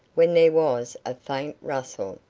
when there was a faint rustle,